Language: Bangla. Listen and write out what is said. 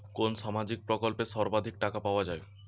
কোন সামাজিক প্রকল্পে সর্বাধিক টাকা পাওয়া য়ায়?